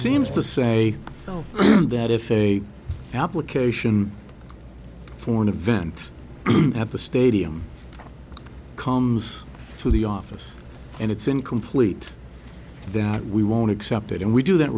seems to say that if a application for an event at the stadium comes to the office and it's incomplete that we won't accept it and we do that